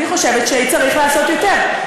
אני חושבת שצריך לעשות יותר.